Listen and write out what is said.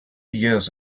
years